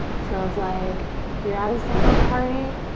so it's like you're at a slumber party,